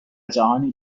جهان